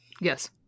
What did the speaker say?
yes